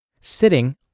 sitting